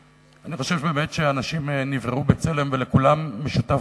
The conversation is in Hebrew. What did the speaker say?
אני חושב שהאנשים נבראו בצלם ולכולם משותף